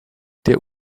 der